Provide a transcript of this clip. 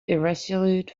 irresolute